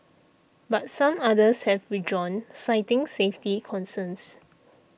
but some others have withdrawn citing safety concerns